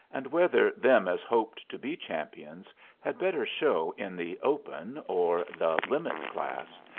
and whether them as hoped to be champions had better show in the open or the limit class,